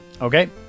Okay